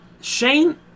Shane